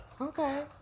Okay